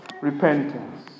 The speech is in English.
repentance